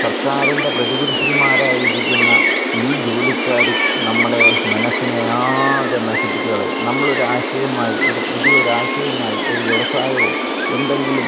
സര്ക്കാറിന്റെ പ്രതിപുരുഷന്മാരായിരിക്കുന്ന ഈ ജോലിക്കാരും നമ്മുടെ മനസ്സിനെ ആകെ നശിപ്പിച്ചുകളയും നമ്മളൊരാശയമായി ഒരു പുതിയൊരാശയമായി ഒരു വ്യവസായമോ എന്തെങ്കിലും